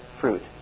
fruit